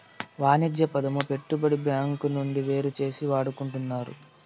వాణిజ్య పదము పెట్టుబడి బ్యాంకు నుండి వేరుచేసి వాడుకుంటున్నారు